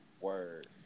Word